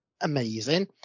amazing